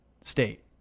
state